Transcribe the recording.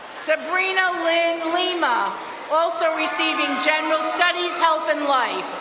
sabrina lynn lima also receiving general studies, health and life.